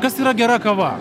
kas yra gera kava